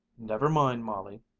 never mind, molly,